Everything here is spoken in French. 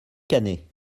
cannet